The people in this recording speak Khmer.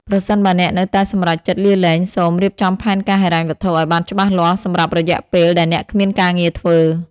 ប្រសិនបើអ្នកនៅតែសម្រេចចិត្តលាលែង សូម រៀបចំផែនការហិរញ្ញវត្ថុ ឲ្យបានច្បាស់លាស់សម្រាប់រយៈពេលដែលអ្នកគ្មានការងារធ្វើ។